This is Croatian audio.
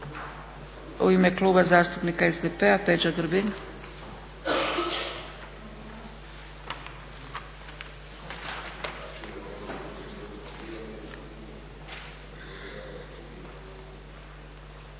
U ime Kluba zastupnika SDP-a Peđa Grbin.